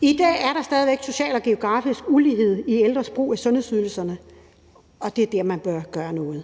I dag er der stadig væk social og geografisk ulighed i ældres brug af sundhedsydelser, og det er der, man bør gøre noget.